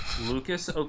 Lucas